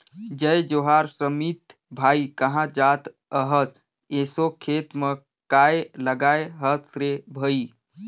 जय जोहार समीत भाई, काँहा जात अहस एसो खेत म काय लगाय हस रे भई?